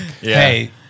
Hey